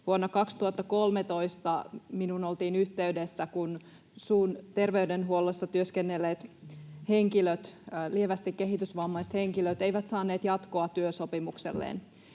Vuonna 2013 minuun oltiin yhteydessä, kun suun terveydenhuollossa työskennelleet henkilöt, lievästi kehitysvammaiset henkilöt, eivät saaneet jatkoa työsopimuksilleen.